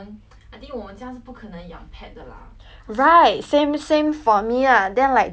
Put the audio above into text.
right same same for me lah then like that time like 我听 liao 后我就想说 like